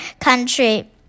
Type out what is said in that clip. country